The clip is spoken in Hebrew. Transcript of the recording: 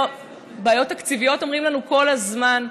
בעיות תקציביות, אומרים לנו כל הזמן.